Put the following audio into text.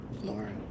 Laura